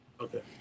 okay